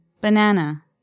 Banana